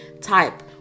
type